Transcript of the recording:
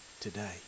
today